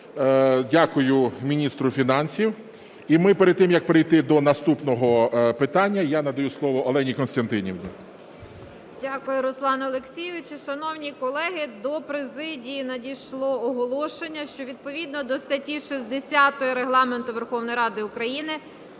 Дякую міністру фінансів. І ми перед тим, як перейти до наступного питання, я надаю слово Олені Костянтинівні. 13:11:59 КОНДРАТЮК О.К. Дякую, Руслане Олексійовичу. Шановні колеги, до президії надійшло оголошення, що відповідно до статті 60 Регламенту Верховної Ради України